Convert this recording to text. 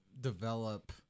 develop